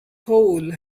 hole